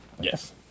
Yes